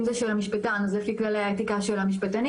אם זה של המשפטן אז לפי כללי האתיקה של המשפטנים,